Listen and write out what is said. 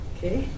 Okay